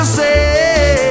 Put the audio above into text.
say